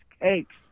cakes